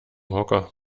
hocker